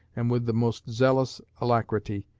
and with the most zealous alacrity,